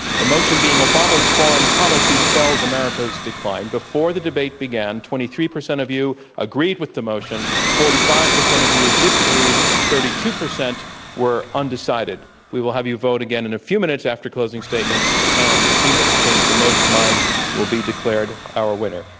the motion being obama's foreign policy spells america's decline, before the debate began, twenty three percent of you agreed with the motion, forty five percent of you disagreed, thirty two percent were undecided we will have you vote again in a few minutes after closing statements. and the team that has changed the most minds will be declared our winner